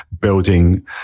building